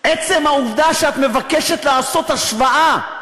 עצם העובדה שאת מבקשת לעשות השוואה,